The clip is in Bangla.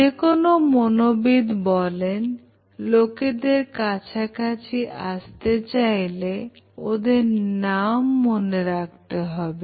যেকোনো মনোবিদ বলেন লোকেদের কাছাকাছি আসতে চাইলে ওদের নাম মনে রাখতে হবে